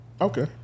Okay